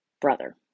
brother